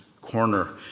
corner